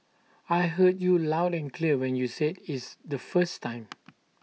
I heard you loud and clear when you said its the first time